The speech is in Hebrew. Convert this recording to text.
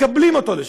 מקבלים אותו לשם,